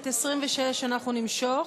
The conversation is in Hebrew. את 26 אנחנו נמשוך,